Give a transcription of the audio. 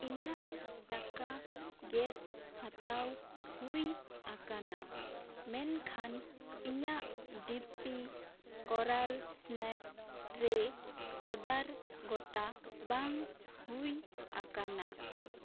ᱤᱧᱟ ᱜ ᱴᱟᱠᱟ ᱜᱮᱫ ᱦᱟᱛᱟᱣ ᱦᱩᱭ ᱟᱠᱟᱱᱟ ᱢᱮᱱᱠᱷᱟᱱ ᱤᱧᱟ ᱜ ᱰᱤ ᱯᱤ ᱠᱳᱨᱟᱞ ᱥᱱᱮᱠ ᱴᱨᱮ ᱚᱰᱟᱨ ᱜᱚᱴᱟ ᱵᱟᱝ ᱦᱩᱭ ᱟᱠᱟᱱᱟ